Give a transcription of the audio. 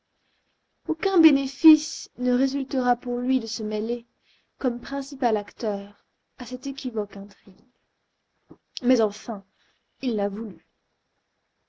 aucun bénéfice ne résultera pour lui de se mêler comme principal acteur à cette équivoque intrigue mais enfin il l'a voulu